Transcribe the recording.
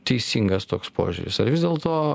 teisingas toks požiūris ar vis dėlto